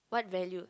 what values